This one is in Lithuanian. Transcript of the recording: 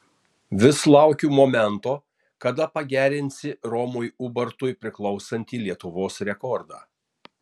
vis laukiu momento kada pagerinsi romui ubartui priklausantį lietuvos rekordą